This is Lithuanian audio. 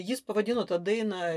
jis pavadino tą dainą